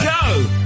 go